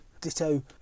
Ditto